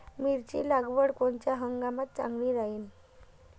मिरची लागवड कोनच्या हंगामात चांगली राहीन?